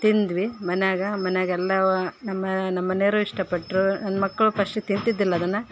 ತಿಂದ್ವಿ ಮನ್ಯಾಗೆ ಮನೆಗೆಲ್ಲಾವ ನಮ್ಮಮನೆ ನಮ್ಮ ಮನೆಯವರು ಇಷ್ಟ ಪಟ್ಟರು ನನ್ನ ಮಕ್ಕಳು ಪಸ್ಟ್ ತಿಂತಿದ್ದಿಲ್ಲ ಅದನ್ನು